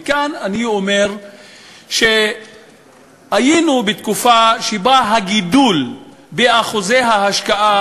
וכאן אני אומר שהיינו בתקופה שבה הגידול באחוזי ההשקעה